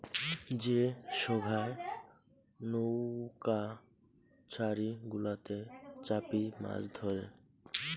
যে সোগায় নৌউকা ছারি গুলাতে চাপি মাছ ধরে